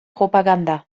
propaganda